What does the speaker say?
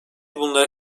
bunlara